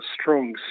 strong